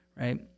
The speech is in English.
right